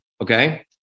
okay